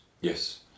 Yes